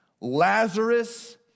Lazarus